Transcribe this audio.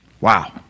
Wow